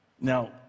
Now